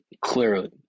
Clearly